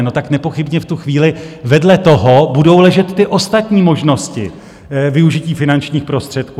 No, tak nepochybně v tu chvíli vedle toho budou ležet ty ostatní možnosti využití finančních prostředků.